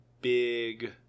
big